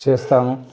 చేస్తాము